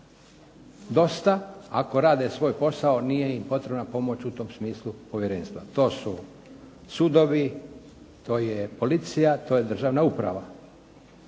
dosta, ako rade svoj posao nije im potrebna pomoć u tom smislu povjerenstva. To su sudovi, to je policija, to je državna uprava.